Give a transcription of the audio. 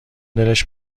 دلش